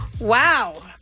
Wow